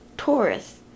Taurus